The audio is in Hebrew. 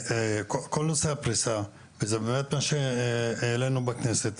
לא יכול להיות שהיא צריכה